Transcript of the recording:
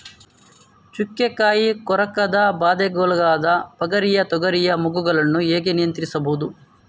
ಚುಕ್ಕೆ ಕಾಯಿ ಕೊರಕದ ಬಾಧೆಗೊಳಗಾದ ಪಗರಿಯ ತೊಗರಿಯ ಮೊಗ್ಗುಗಳನ್ನು ಹೇಗೆ ನಿಯಂತ್ರಿಸುವುದು?